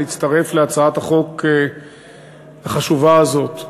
להצטרף להצעת החוק החשובה הזאת.